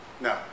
No